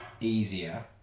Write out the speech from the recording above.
easier